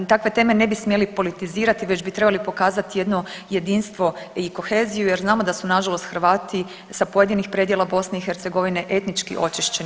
Dakle, teme ne bi smjeli politizirati već bi trebali pokazati jedno jedinstvo i koheziju jer znamo da su nažalost Hrvati sa pojedinih predjela BiH etnički očišćeni.